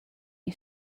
you